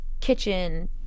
kitchen